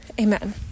Amen